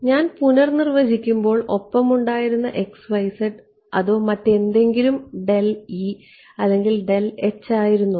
ഞാൻ പുനർനിർവചിക്കുമ്പോൾ ഒപ്പമുണ്ടായിരുന്ന അതോ മറ്റെന്തെങ്കിലും അല്ലെങ്കിൽ ആയിരുന്നോ